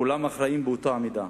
כולם אחראים באותה מידה,